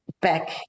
back